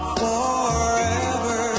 forever